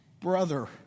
brother